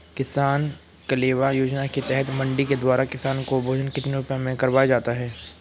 किसान कलेवा योजना के तहत मंडी के द्वारा किसान को भोजन कितने रुपए में करवाया जाता है?